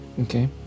Okay